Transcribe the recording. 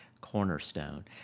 cornerstone